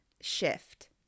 shift